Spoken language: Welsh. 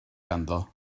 ganddo